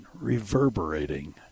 reverberating